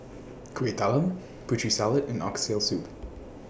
Kueh Talam Putri Salad and Oxtail Soup